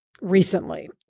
recently